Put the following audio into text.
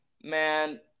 man